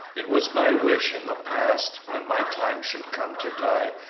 it was my wish in the past, when my time should come to die,